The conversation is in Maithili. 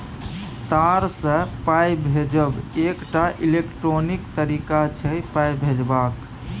तार सँ पाइ भेजब एकटा इलेक्ट्रॉनिक तरीका छै पाइ भेजबाक